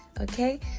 Okay